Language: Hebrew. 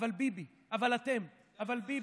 אבל ביבי, אבל אתם, אבל ביבי.